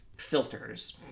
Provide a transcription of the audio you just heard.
filters